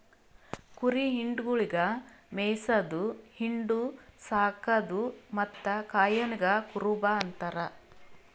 ಕುರಿ ಹಿಂಡುಗೊಳಿಗ್ ಮೇಯಿಸದು, ಹಿಂಡು, ಸಾಕದು ಮತ್ತ್ ಕಾಯೋನಿಗ್ ಕುರುಬ ಅಂತಾರ